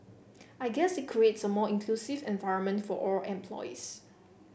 I guess it creates a more inclusive environment for all employees